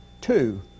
Two